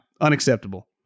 Unacceptable